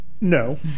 no